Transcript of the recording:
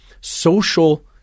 social